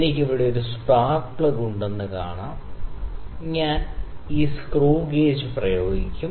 എനിക്ക് ഇവിടെ ഒരു സ്പാർക്ക് പ്ലഗ് ഉണ്ടെന്ന് കാണാം ഞാൻ ഈ സ്ക്രൂ ഗേജ് പ്രയോഗിക്കും